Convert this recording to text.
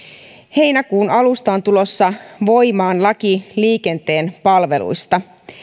heinäkuun alusta on tulossa voimaan laki liikenteen palveluista